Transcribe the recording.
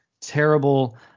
terrible